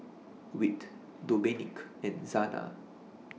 Whit Domenick and Zana